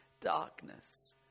darkness